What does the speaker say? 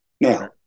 Now